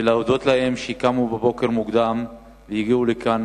להודות להם על שקמו בבוקר מוקדם והגיעו לכאן,